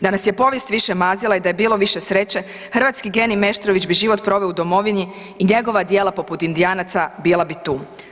Da nas je povijest više mazila i da je bilo više sreće, hrvatski geni Meštrović bi život proveo u domovini i njegovi djela poput „Indijanaca“ bila bi tu.